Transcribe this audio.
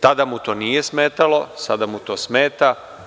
Tada mu to nije smetalo, sada mu to smeta.